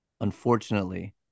Unfortunately